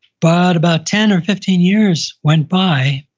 but about ten or fifteen years went by,